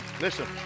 listen